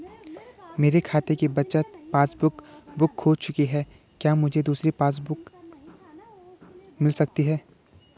मेरे खाते की बचत पासबुक बुक खो चुकी है क्या मुझे दूसरी पासबुक बुक मिल सकती है?